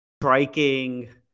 striking